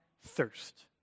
thirst